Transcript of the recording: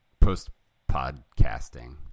post-podcasting